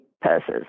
purses